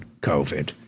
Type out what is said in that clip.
COVID